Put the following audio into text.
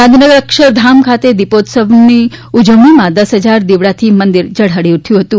ગાંધીનગર અક્ષરધામ ખાતે દિપોત્સવની ઉજવણીમાં દસ હજાર દીવડાથી મંદિર ઝળફળી ઉઠયું હતું